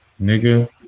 nigga